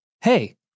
Hey